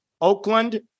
Oakland